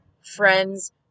friends